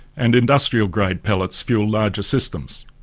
and industrial-grade pellets fuel larger systems.